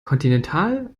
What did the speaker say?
continental